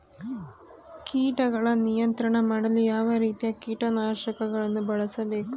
ಕೀಟಗಳ ನಿಯಂತ್ರಣ ಮಾಡಲು ಯಾವ ರೀತಿಯ ಕೀಟನಾಶಕಗಳನ್ನು ಬಳಸಬೇಕು?